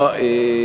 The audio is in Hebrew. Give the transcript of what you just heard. בבקשה, אדוני.